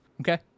Okay